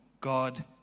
God